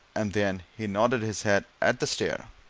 and then he nodded his head at the stair.